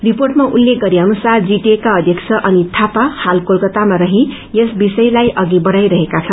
रिपोर्टमा उल्लेख गरे अनुसार जीटीएका अध्यक्ष अनित थापा हाल कलकतामा रही यस विषयलाई अघि बढ़ाई रहेका छन्